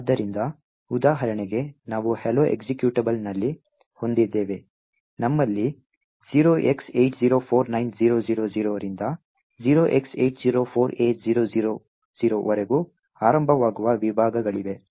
ಆದ್ದರಿಂದ ಉದಾಹರಣೆಗೆ ನಾವು hello ಎಕ್ಸಿಕ್ಯೂಟಬಲ್ನಲ್ಲಿ ಹೊಂದಿದ್ದೇವೆ ನಮ್ಮಲ್ಲಿ 0x8049000 ರಿಂದ 0x804a000 ವರೆಗೆ ಆರಂಭವಾಗುವ ವಿಭಾಗಗಳಿವೆ